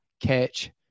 catch